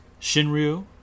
Shinryu